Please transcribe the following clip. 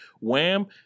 wham